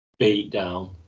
beatdown